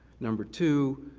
number two,